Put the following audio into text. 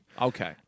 Okay